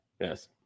yes